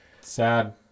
Sad